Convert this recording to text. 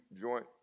joint